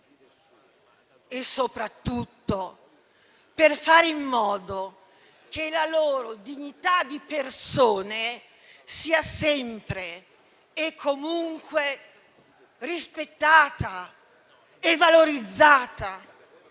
e, soprattutto, per fare in modo che la loro dignità di persone sia sempre e comunque rispettata e valorizzata,